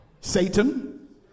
Satan